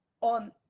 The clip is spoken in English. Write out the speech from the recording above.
on